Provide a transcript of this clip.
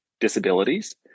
disabilities